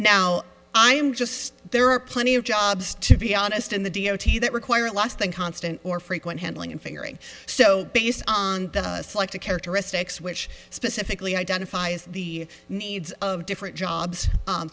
now i'm just there are plenty of jobs to be honest in the d o t that require last thing constant or frequent handling and figuring so based on the selected characteristics which specifically identify as the needs of different jobs